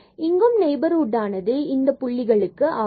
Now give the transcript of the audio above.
இங்கும் நெய்பர்ஹுட்டானது இந்த x0y0 புள்ளிகளுக்கு ஆகும்